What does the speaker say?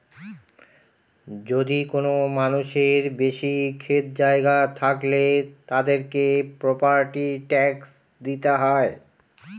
যদি কোনো মানুষের বেশি ক্ষেত জায়গা থাকলে, তাদেরকে প্রপার্টি ট্যাক্স দিতে হয়